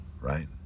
Right